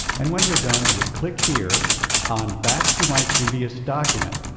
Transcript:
and when you're done, you would click here on back to my previous document,